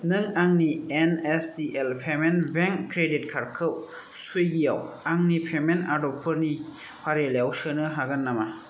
नों आंनि N S D L payments बेंकनि क्रेडिट कार्डखौ सुइगियाव आंनि पेमेन्ट आदबफोरनि फारिलाइयाव सोनो हागोन नामा